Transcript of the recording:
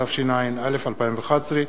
התשע"א 2011,